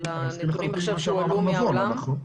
לנתונים שעכשיו שהועלו מהעולם.